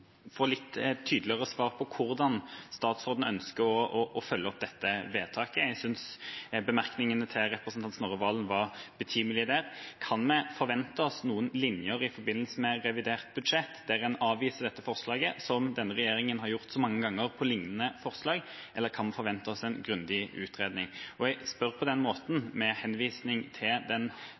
få litt tydeligere svar på hvordan statsråden ønsker å følge opp dette vedtaket. Jeg synes bemerkningene til representanten Snorre Serigstad Valen var betimelige der. Kan vi forvente oss noen linjer i forbindelse med revidert budsjett der en avviser dette forslaget, som denne regjeringen har gjort så mange ganger med lignende forslag, eller kan vi forvente oss en grundig utredning? Jeg spør på den måten med henvisning til den